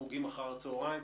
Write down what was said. החוגים אחר הצוהריים,